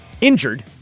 injured